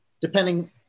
depending